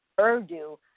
Urdu